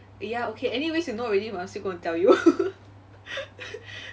ya okay anyways you know already but I'm still going to tell you